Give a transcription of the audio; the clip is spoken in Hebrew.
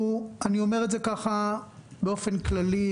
אני אומר את זה באופן כללי,